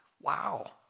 Wow